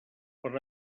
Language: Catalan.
per